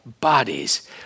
bodies